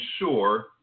ensure